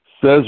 says